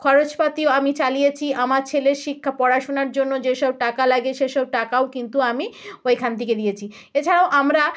খরচ পাতিও আমি চালিয়েছি আমার ছেলের শিক্ষা পড়াশোনার জন্য যেসব টাকা লাগে সেসব টাকাও কিন্তু আমি ওইখান থেকে দিয়েছি এছাড়াও আমরা